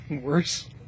worse